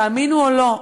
תאמינו או לא,